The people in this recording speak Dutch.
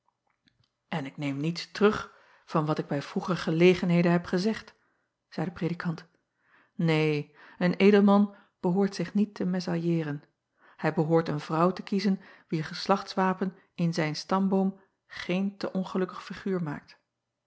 n ik neem niets terug van wat ik bij vroeger gelegenheden heb gezegd zeî de predikant neen een edelman behoort zich niet te mesalliëeren hij behoort een vrouw te kiezen wier geslachtswapen in zijn stamboom geen te ongelukkig figuur maakt